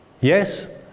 Yes